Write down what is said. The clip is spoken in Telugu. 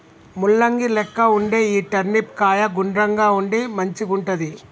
ముల్లంగి లెక్క వుండే ఈ టర్నిప్ కాయ గుండ్రంగా ఉండి మంచిగుంటది